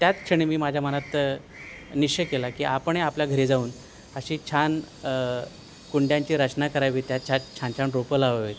त्याच क्षणी मी माझ्या मनात निश्चय केला की आपणे आपल्या घरी जाऊन अशी छान कुंड्यांची रचना करावी त्या छान छान छान रोपं लावावी